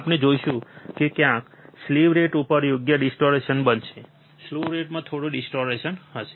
આપણે જોઈશું કે ક્યાંક સ્લીવ રેટ ઉપર યોગ્ય ડિસ્ટોરેશન બનશે સ્લૂ રેટમાં થોડી ડિસ્ટોરેશન થશે